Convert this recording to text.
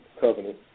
covenant